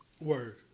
Word